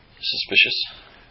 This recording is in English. Suspicious